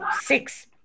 six